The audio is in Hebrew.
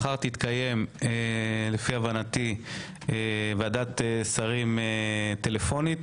מחר תתקיים, לפי הבנתי, ועדת שרים טלפונית.